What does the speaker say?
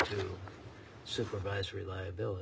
to supervise reliability